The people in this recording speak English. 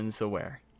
aware